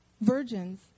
virgins